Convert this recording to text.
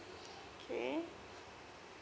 K